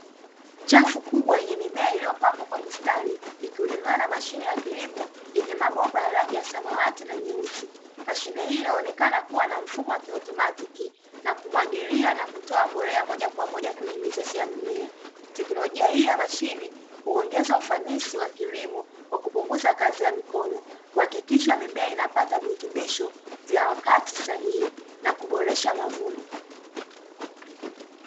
Chafu kubwa yenye mimea iliyopangwa kwa mistari, ikihudumiwa na mashine ya kilimo yenye mabomba ya rangi ya samawati na nyeusi. Mashine hii inaonekana kuwa na mfumo wa kiotomatiki na kumwagilia na kutoa mbolea moja kwa moja kwenye mizizi ya mimea. Teknolojia hii ya mashine huongeza ufanisi wa kilimo kwa kupunguza kazi ya mikono, kuhakikisha mimea inapata virutubisho vya wakati sahihi na kuboresha mavuno.